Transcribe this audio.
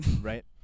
Right